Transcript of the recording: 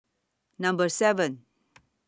Number seven